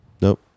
Nope